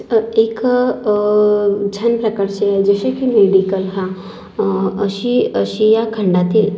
एक छान प्रकाराची आहे जसे की मेडिकल हा अशी आशिया खंडातील